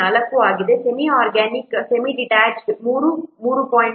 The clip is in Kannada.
4 ಆಗಿದೆ ಸೆಮಿಆರ್ಗ್ಯಾನಿಕ್ ಸೆಮಿಡಿಟ್ಯಾಚ್ಗೆ ಇದು 3 3